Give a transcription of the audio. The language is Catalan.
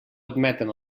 admeten